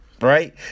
Right